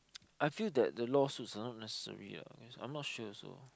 I feel that the lawsuits are not necessary ah I'm not sure also